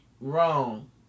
wrong